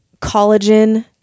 collagen